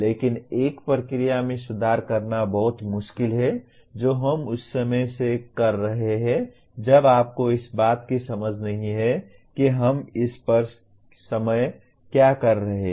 लेकिन एक प्रक्रिया में सुधार करना बहुत मुश्किल है जो हम उस समय से कर रहे हैं जब आपको इस बात की समझ नहीं है कि हम इस समय क्या कर रहे हैं